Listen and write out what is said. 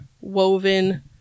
woven